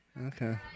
Okay